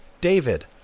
David